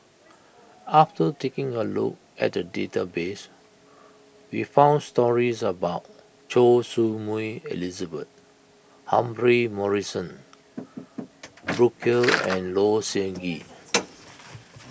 after taking a look at the database we found stories about Choy Su Moi Elizabeth Humphrey Morrison Burkill and Low Siew Nghee